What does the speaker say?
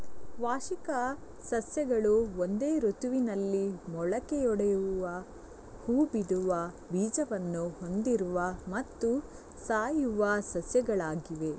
ವಾರ್ಷಿಕ ಸಸ್ಯಗಳು ಒಂದೇ ಋತುವಿನಲ್ಲಿ ಮೊಳಕೆಯೊಡೆಯುವ ಹೂ ಬಿಡುವ ಬೀಜವನ್ನು ಹೊಂದಿರುವ ಮತ್ತು ಸಾಯುವ ಸಸ್ಯಗಳಾಗಿವೆ